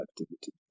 activity